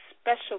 special